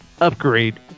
Upgrade